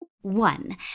one